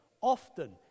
often